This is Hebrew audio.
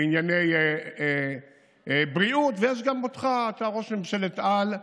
לענייני בריאות, ויש גם אותך, אתה ראש ממשלת-על,